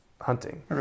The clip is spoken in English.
hunting